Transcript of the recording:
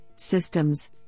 systems